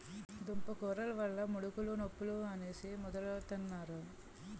దుంపకూరలు వల్ల ముడుకులు నొప్పులు అనేసి ముదరోలంతన్నారు